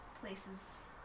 places